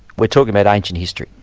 we're talking about ancient history,